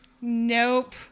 Nope